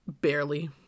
barely